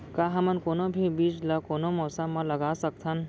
का हमन कोनो भी बीज ला कोनो मौसम म लगा सकथन?